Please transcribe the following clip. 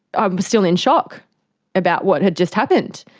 i'm still in shock about what had just happened.